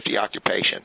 occupations